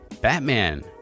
Batman